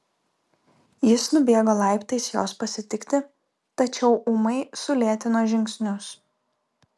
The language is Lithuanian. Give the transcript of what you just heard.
jis nubėgo laiptais jos pasitikti tačiau ūmai sulėtino žingsnius